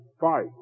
fight